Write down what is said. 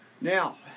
Now